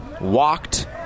Walked